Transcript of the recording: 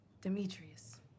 Demetrius